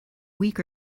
week